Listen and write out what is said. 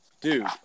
dude